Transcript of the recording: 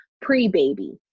pre-baby